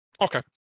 Okay